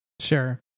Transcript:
Sure